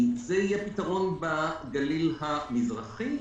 זה יהיה פתרון בגליל המזרחי.